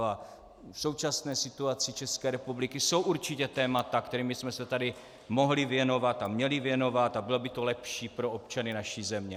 V současné situaci České republiky jsou určitě témata, kterým bychom se tady mohli věnovat a měli věnovat, a bylo by to lepší pro občany naší země.